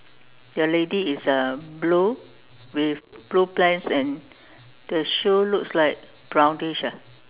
your lady is a blue with blue pants and the shoe looks like brownish ah